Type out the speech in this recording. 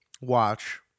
watch